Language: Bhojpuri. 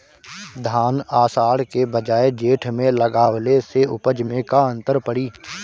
धान आषाढ़ के बजाय जेठ में लगावले से उपज में का अन्तर पड़ी?